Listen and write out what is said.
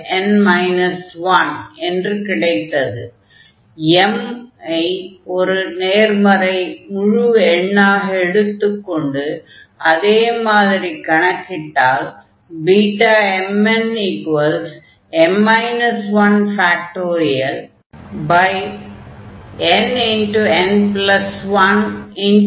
m ஐ ஒரு நேர்மறை முழு எண்ணாக எடுத்துக்கொண்டு அதே மாதிரி கணக்கிட்டால் Bmnm 1